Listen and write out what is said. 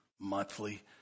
monthly